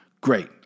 Great